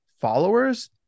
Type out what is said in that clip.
followers